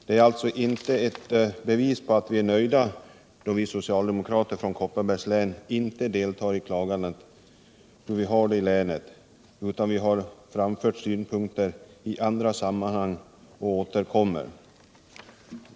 Det är alltså inte ett bevis på att vi är nöjda då vi socialdemokrater från Kopparbergs län inte deltar i klagandena över hur vi har det i länet. Vi har framfört synpunkter i andra sammanhang och återkommer.